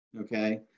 okay